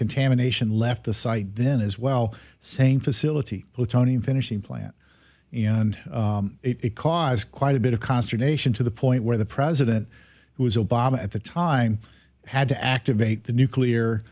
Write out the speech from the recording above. contamination left the site then as well same facility plutonium finishing plant and it caused quite a bit of consternation to the point where the president who was obama at the time had to activate the nuclear